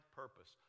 purpose